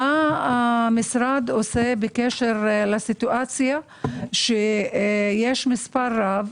מה המשרד עושה בקשר למצב שיש מספר רב,